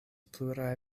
pluraj